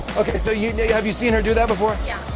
okay, so you know yeah have you seen her do that before? yeah.